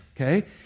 okay